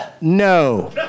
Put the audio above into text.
No